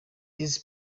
this